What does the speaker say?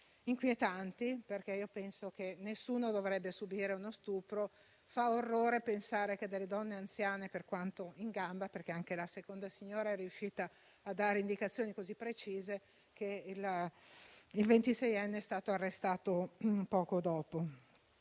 inquietanti. Io penso che nessuno dovrebbe subire uno stupro. Fa orrore pensare a quanto accaduto a donne anziane, per quanto in gamba. Anche la seconda signora è riuscita a dare indicazioni così precise che il ventiseienne è stato arrestato poco dopo.